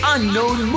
Unknown